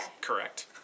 Correct